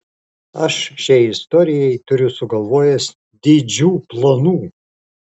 aš šiai istorijai turiu sugalvojęs didžių planų